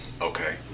Okay